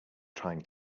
trying